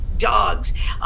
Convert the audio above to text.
dogs